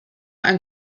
ein